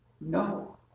No